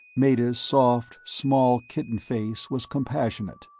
meta's soft small kitten-face was compassionate.